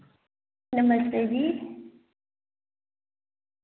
नमस्ते जी